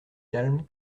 calme